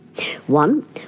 One